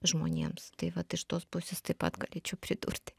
žmonėms tai vat iš tos pusės taip pat galėčiau pridurti